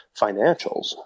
financials